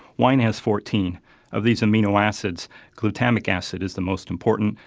wine has fourteen of these amino acids glutamic acid is the most important,